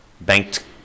Banked